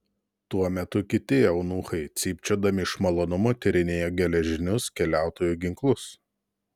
tuo metu kiti eunuchai cypčiodami iš malonumo tyrinėjo geležinius keliautojų ginklus